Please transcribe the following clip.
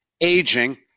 aging